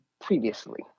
previously